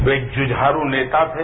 वे एक जुझारू नेता थे